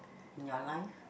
in your life